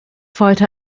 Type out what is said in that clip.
folgte